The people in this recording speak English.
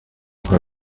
her